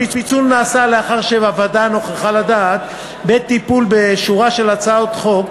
הפיצול נעשה לאחר שהוועדה נוכחה לדעת בעת טיפול בשורה של הצעות חוק,